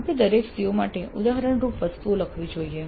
આપણે દરેક COs માટે ઉદાહરણ રૂપ વસ્તુઓ લખવી જોઈએ